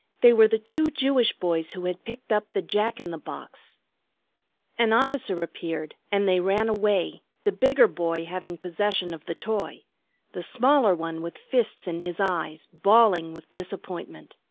they were the two jewish boys who had picked up the jack-in-the-box. an officer appeared, and they ran away, the bigger boy having possession of the toy the smaller one with fists in his eyes, bawling with disappointment.